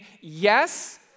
yes